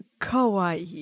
Kauai